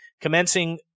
Commencing